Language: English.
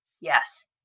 Yes